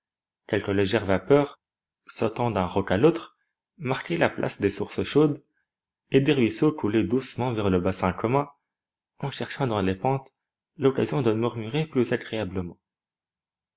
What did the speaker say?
quelques légères vapeurs sautant d'un roc à l'autre marquaient la place des sources chaudes et des ruisseaux coulaient doucement vers le bassin commun en cherchant dans les pentes l'occasion de murmurer plus agréablement